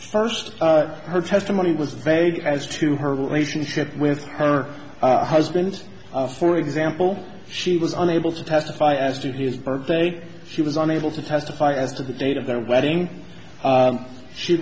first her testimony was vague as to her relationship with her husband for example she was unable to testify as to his birth date she was unable to testify as to the date of their wedding